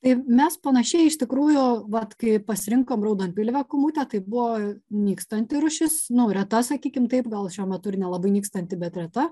tai mes panašiai iš tikrųjų vat kai pasirinkom raudonpilvę kūmutę tai buvo nykstanti rūšis nu reta sakykim taip gal šiuo metu ir nelabai nykstanti bet reta